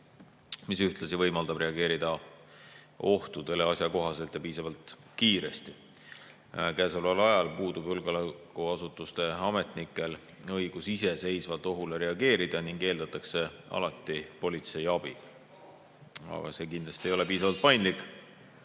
mis ühtlasi võimaldab reageerida ohtudele asjakohaselt ja piisavalt kiiresti. Käesoleval ajal puudub julgeolekuasutuste ametnikel õigus iseseisvalt ohule reageerida ning eeldatakse alati politsei abi. See kindlasti ei ole piisavalt paindlik